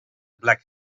black